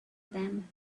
them